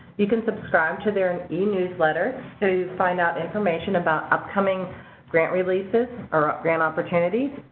you can subscribe to their and e-newsletters so to find out information about upcoming grant releases or grant opportunities,